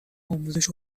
آموزش